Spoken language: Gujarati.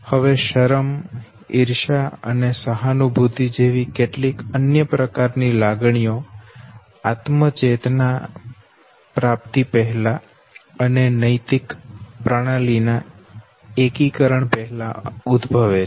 હવે શરમ ઈર્ષ્યા અને સહાનુભૂતિ જેવી કેટલીક અન્ય પ્રકારની લાગણીઓ આત્મ ચેતના પ્રાપ્તિ પહેલા અને નૈતિક પ્રણાલી ના એકીકરણ પહેલાં ઉદભવે છે